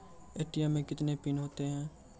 ATM मे कितने pin होता हैं?